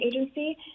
agency